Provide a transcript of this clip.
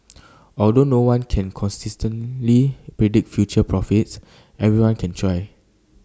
although no one can consistently predict future profits everyone can try